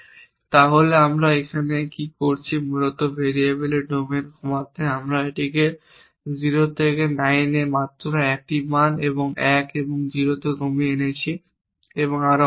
তাহলে আমরা এখানে কি করছি মূলত ভেরিয়েবলের ডোমেইন কমাতে আমরা এটিকে 0 থেকে 9 থেকে মাত্র 1 মান 1 এবং 0 এ কমিয়ে এনেছি এবং আরও অনেক কিছু